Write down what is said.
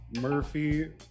Murphy